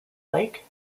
lake